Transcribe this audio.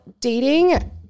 dating